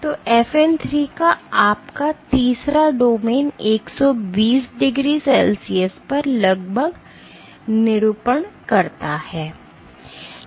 तो FN 3 का आपका तीसरा डोमेन 120 डिग्री सेल्सियस पर लगभग निरूपण करता है